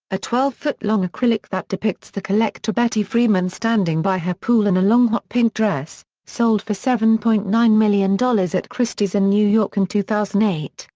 a twelve foot long acrylic that depicts the collector betty freeman standing by her pool in a long hot-pink dress, sold for seven point nine million dollars at christie's in new york in two thousand and eight,